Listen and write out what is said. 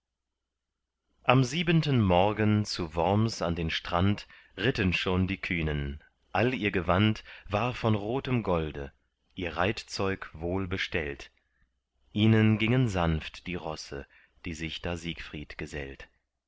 am siebenten morgen zu worms an den strand ritten schon die kühnen all ihr gewand war von rotem golde ihr reitzeug wohlbestellt ihnen gingen sanft die rosse die sich da siegfried gesellt